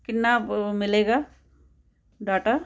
ਕਿੰਨਾ ਮਿਲੇਗਾ ਡਾਟਾ